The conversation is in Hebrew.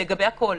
לגבי הכול.